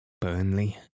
Burnley